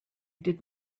did